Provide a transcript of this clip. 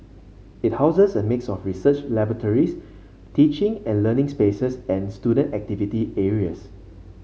it houses a mix of research laboratories teaching and learning spaces and student activity areas